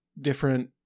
different